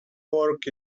pork